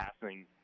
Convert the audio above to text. passing